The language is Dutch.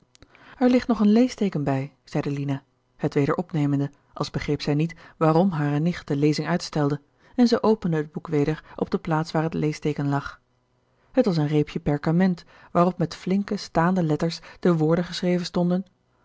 er ligt nog een leesteeken bij zeide lina het weder opnemende als begreep zij niet waarom hare nicht de lezing uitstelde en zij opende het boek weder op de plaats waar het leesteeken lag het was een reepje perkament waarop met flinke staande letters de woorden geschreven stonden